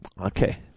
Okay